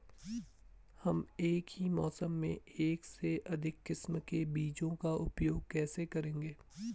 हम एक ही मौसम में एक से अधिक किस्म के बीजों का उपयोग कैसे करेंगे?